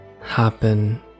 happen